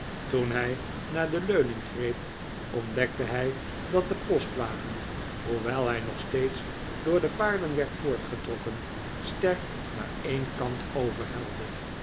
toen hij naar de leuning greepi ontdekte hij dat de postwagen hoewel hij nog steeds door de paarden werd voortgetrokken sterk naar een kant